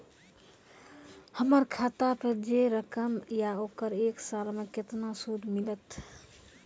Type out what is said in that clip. हमर खाता पे जे रकम या ओकर एक साल मे केतना सूद मिलत?